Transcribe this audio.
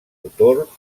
motor